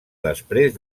després